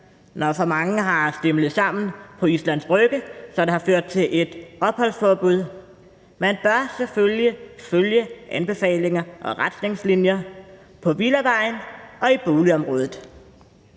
da for mange stimlede sammen på Islands Brygge, hvilket førte til et opholdsforbud. Man bør selvfølgelig følge anbefalingerne og retningslinjerne, både på villavejen og i boligområdet.